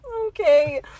okay